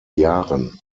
jahren